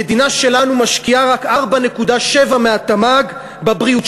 המדינה שלנו משקיעה רק 4.7% מהתמ"ג בבריאות.